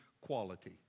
quality